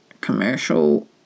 commercial